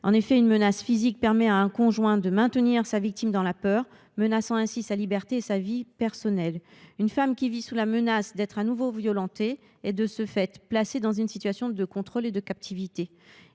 En effet, une menace physique permet à un conjoint de maintenir sa victime dans la peur, menaçant ainsi sa liberté et sa vie personnelle. Une femme qui vit sous la menace d’être de nouveau violentée est, de ce fait, placée dans une situation de contrôle et de captivité.